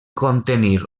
contenir